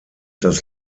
das